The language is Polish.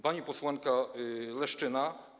Pani posłanka Leszczyna.